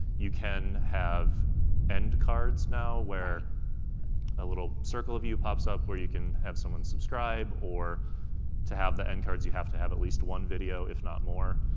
you can have end cards now, right. where a little circle of you pops up, where you can have someone subscribe, or to have the end cards, you have to have at least one video, if not more.